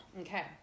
Okay